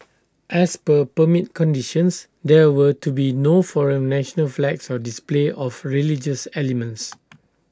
as per permit conditions there were to be no foreign national flags or display of religious elements